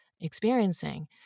experiencing